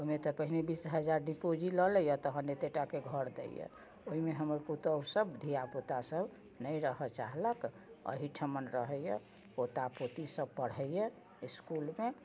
ओहिमे तऽ पहिने बीस हजार डिपोजीट लऽ लैया तहन एतेटाके घर दैया ओहिमे हमर पुतहु सब धिआपुता सब नहि रहऽ चाहलक एहिठमन रहैया पोता पोती सब पढ़ै या इसकुलमे